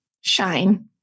shine